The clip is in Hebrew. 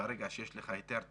ברגע שיש לך היתר תעסוקה,